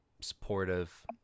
supportive